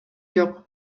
жок